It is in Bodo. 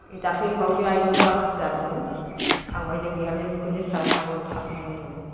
दाख्लै बावैसो आयदों अराखासि जादोंमोन थांबाय जों बिहामजो बिखुनजो फिसाला सानैबो थांबाय आरो जों